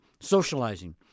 socializing